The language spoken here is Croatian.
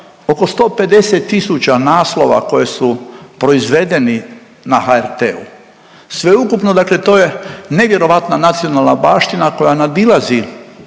oko 150 tisuća naslova koje su proizvedeni na HRT-u. Sveukupno, dakle to je nevjerojatna nacionalna baština koja nadilazi